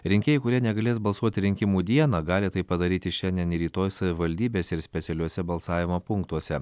rinkėjai kurie negalės balsuoti rinkimų dieną gali tai padaryti šiandien ir rytoj savivaldybės ir specialiuose balsavimo punktuose